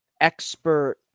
expert